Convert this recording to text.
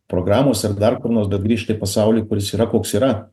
programose ar dar kur nors bet grįžta į pasaulį kuris yra koks yra